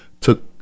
took –